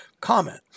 Comment